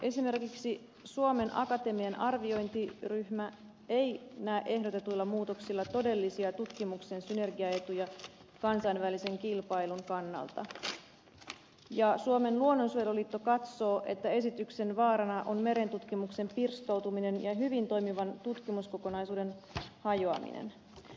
esimerkiksi suomen akatemian arviointiryhmä ei näe ehdotetuilla muutoksilla todellisia tutkimuksen synergiaetuja kansainvälisen kilpailun kannalta ja suomen luonnonsuojeluliitto katsoo että esityksen vaarana on merentutkimuksen pirstoutuminen ja hyvin toimivan tutkimuskokonaisuuden hajoaminen